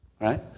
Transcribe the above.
right